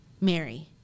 Mary